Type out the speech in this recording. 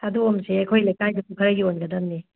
ꯊꯥꯗꯣꯛꯑꯝꯁꯦ ꯑꯩꯈꯣꯏ ꯂꯩꯀꯥꯏꯗꯁꯨ ꯈꯔ ꯌꯣꯟꯒꯗꯃꯦ